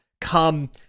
come